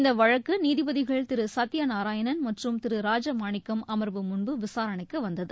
இந்த வழக்கு நீதிபதிகள் திரு சத்தியநாராயணன் மறறும் திரு ராஜமாணிக்கம் அமா்வு முன்பு விசாரணைக்கு வந்தது